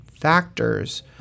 factors